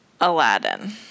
Aladdin